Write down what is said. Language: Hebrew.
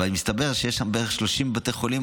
ומסתבר שהיו בערך 30 בתי חולים